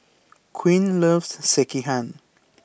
Quinn loves Sekihan